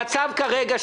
המצב כרגע,